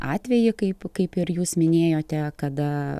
atvejį kaip kaip ir jūs minėjote kada